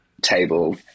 table